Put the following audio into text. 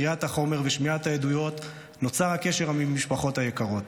קריאת החומר ושמיעת העדויות נוצר הקשר עם המשפחות היקרות.